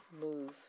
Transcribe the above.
move